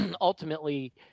ultimately